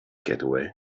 getaway